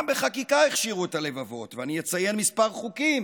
גם בחקיקה הכשירו את הלבבות, ואני אציין כמה חוקים